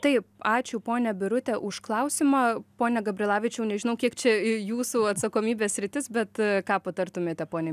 taip ačiū ponia birute už klausimą pone gabrilavičiau nežinau kiek čia jūsų atsakomybės sritis bet ką patartumėte ponei